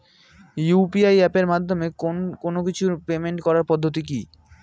UPI এপের মাধ্যমে কোন কিছুর পেমেন্ট করার পদ্ধতি কি?